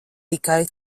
tikai